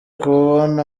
kubona